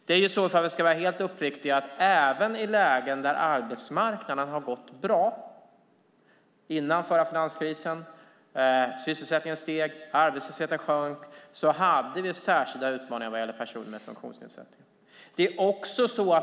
Om vi ska vara helt uppriktiga gäller det även i lägen där arbetsmarknaden har gått bra. Innan förra finanskrisen då sysselsättningen steg och arbetslösheten sjönk hade vi särskilda utmaningar vad gäller personer med funktionsnedsättningar.